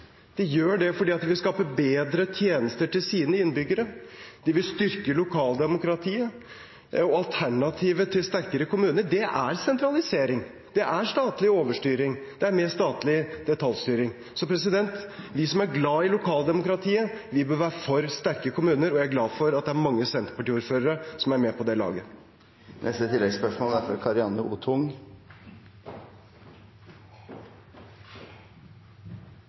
de vil sentralisere. De gjør det fordi de vil skape bedre tjenester til sine innbyggere, de vil styrke lokaldemokratiet. Alternativet til sterkere kommuner er sentralisering, det er statlig overstyring, det er mer statlig detaljstyring. De som er glad i lokaldemokratiet, bør være for sterke kommuner. Jeg er glad for at det er mange senterpartiordførere som er med på det laget. Karianne O. Tung – til oppfølgingsspørsmål. Jeg er fra